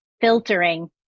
filtering